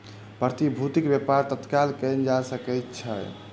प्रतिभूतिक व्यापार तत्काल कएल जा सकै छै